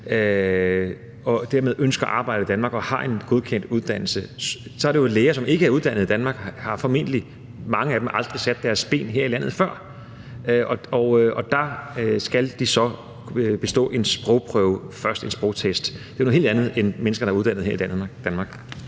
som ønsker arbejde i Danmark og har en godkendt uddannelse, så er der jo tale om læger, som ikke er uddannet i Danmark, og mange af dem har formentlig aldrig sat deres ben her i landet før. Og de skal så først bestå en sprogprøve, en sprogtest. Det er noget helt andet, end når der er tale om mennesker, der er uddannet her i Danmark.